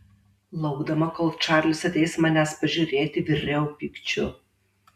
laukdama kol čarlis ateis manęs pažiūrėti viriau pykčiu